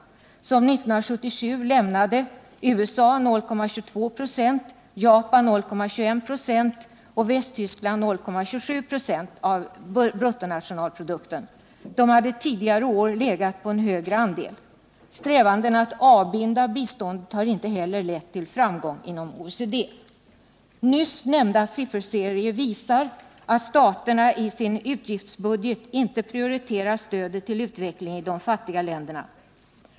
1977 lämnade USA 0,22 96, Japan 0,21 96 och Västtyskland 0,27 96 av bruttonationalprodukten. De hade tidigare år haft en högre andel. Strävandena att avbinda biståndet har inte heller lett till framgång inom OECD. Den nyss nämnda sifferserien visar att staterna i sin utgiftsbudget inte prioriterar stödet till utveckling i de fattiga länderna.